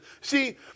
See